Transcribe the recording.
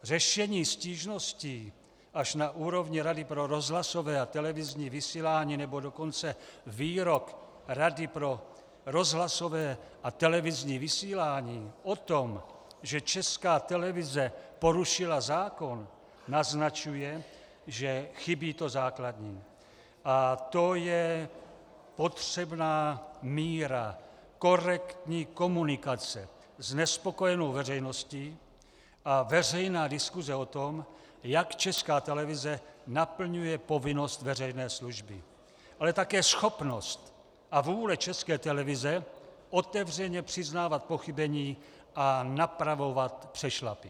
Řešení stížností až na úrovni Rady pro rozhlasové a televizní vysílání, nebo dokonce výrok Rady pro rozhlasové a televizní vysílání o tom, že Česká televize porušila zákon, naznačuje, že chybí to základní, a to je potřebná míra korektní komunikace s nespokojenou veřejností a veřejná diskuse o tom, jak Česká televize naplňuje povinnost veřejné služby, ale také schopnost a vůle České televize otevřeně přiznávat pochybení a napravovat přešlapy.